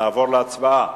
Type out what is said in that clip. נעבור להצבעה.